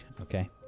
Okay